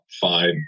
five